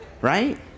right